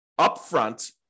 upfront